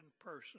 person